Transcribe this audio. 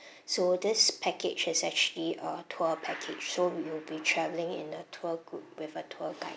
so this package is actually a tour package so you'll be travelling in a tour group with a tour guide